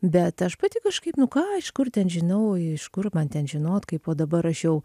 bet aš pati kažkaip nu ką iš kur ten žinau iš kur man ten žinot kaip o dabar aš jau